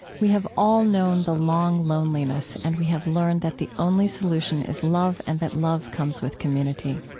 we have all known the long loneliness and we have learned that the only solution is love and that love comes with community.